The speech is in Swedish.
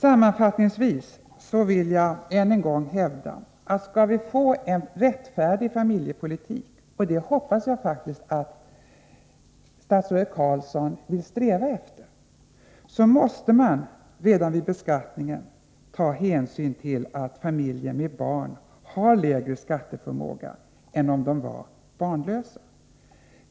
Sammanfattningsvis vill jag än en gång hävda att skall vi få en rättfärdig familjepolitik — och det hoppas jag faktiskt att statsrådet Carlsson vill sträva efter — måste man redan vid beskattningen ta hänsyn till att familjer med barn har lägre skatteförmåga än de som är barnlösa.